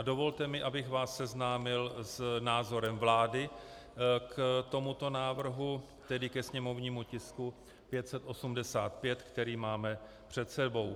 Dovolte mi, abych vás seznámil s názorem vlády k tomuto návrhu, tedy ke sněmovnímu tisku 585, který máme před sebou.